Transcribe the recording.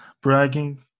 bragging